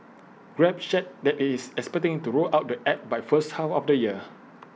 grab shared that IT is expecting to roll out the app by first half of the year